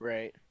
Right